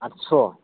आठस'